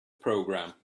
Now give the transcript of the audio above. program